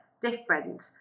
different